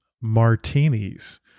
martinis